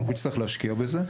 אנחנו נצטרך להשקיע בזה.